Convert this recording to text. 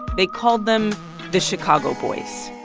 they called them the chicago boys